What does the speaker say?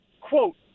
quote